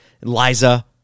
Liza